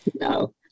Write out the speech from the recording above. no